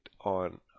on